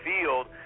field